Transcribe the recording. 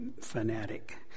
fanatic